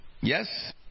Yes